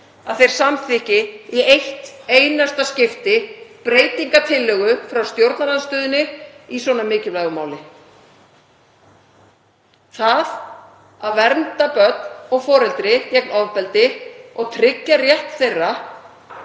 að þeir samþykki í eitt einasta skipti breytingartillögu frá stjórnarandstöðunni í svona mikilvægu máli. Það að vernda börn og foreldri gegn ofbeldi og tryggja rétt þeirra